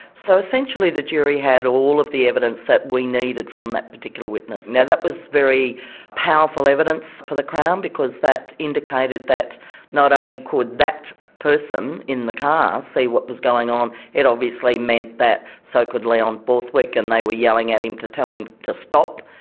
so essentially the jury had all of the evidence that we needed from that particular witness. now that was very powerful evidence for the crown, because that indicated that not only could that person in the car see what was going on, it obviously meant that so could leon borthwick and they were yelling at him to tell him to stop,